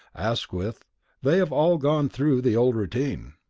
asquith they have all gone through the old routine.